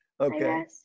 Okay